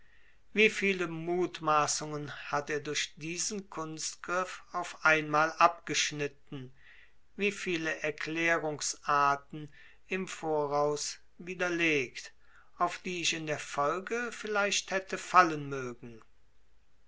wie viele mutmaßungen hat er durch diesen kunstgriff auf einmal abgeschnitten wie viele erklärungsarten im voraus widerlegt auf die ich in der folge vielleicht hätte fallen mögen